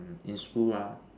in school lah